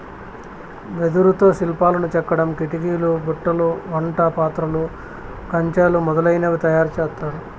వెదురుతో శిల్పాలను చెక్కడం, కిటికీలు, బుట్టలు, వంట పాత్రలు, కంచెలు మొదలనవి తయారు చేత్తారు